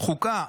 בחוקה,